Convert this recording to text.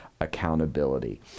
accountability